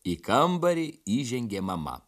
į kambarį įžengė mama